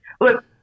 Look